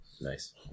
Nice